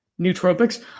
nootropics